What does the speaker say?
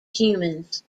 humans